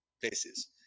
places